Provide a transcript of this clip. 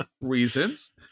reasons